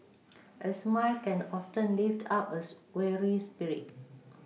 a smile can often lift up a weary spirit